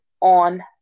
on